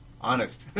honest